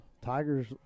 Tigers